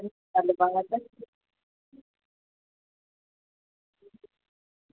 गल्ल करदा